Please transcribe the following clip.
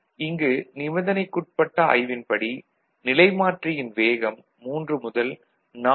இங்கு நிபந்தனைக்குட்பட்ட ஆய்வின் படி நிலைமாற்றியின் வேகம் 3 முதல் 4